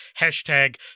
Hashtag